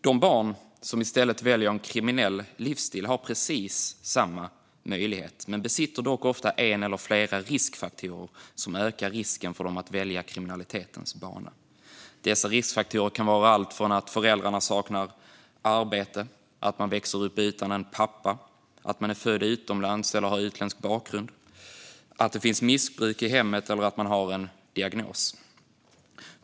De barn som i stället väljer en kriminell livsstil har precis samma möjligheter men ofta också en eller flera riskfaktorer som ökar risken att de väljer kriminalitetens bana. Dessa riskfaktorer kan vara alltifrån att föräldrarna saknar arbete till att man växer upp utan en pappa, att man är född utomlands eller har utländsk bakgrund, att det finns missbruk i hemmet eller att man har en diagnos.